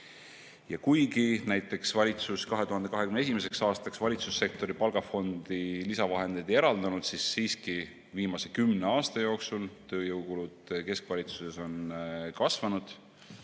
kuigi valitsus 2021. aastaks valitsussektori palgafondi lisavahendeid ei eraldanud, on viimase kümne aasta jooksul tööjõukulud keskvalitsuses kasvanud